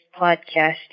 podcast